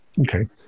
Okay